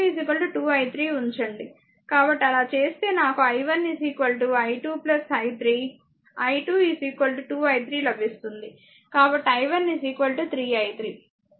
కాబట్టి అలా చేస్తే నాకు i1 i2 i 3 i2 2 i 3 లభిస్తుంది కాబట్టి i1 3 i3